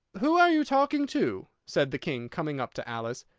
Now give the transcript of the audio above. who are you talking to? said the king, coming up to alice,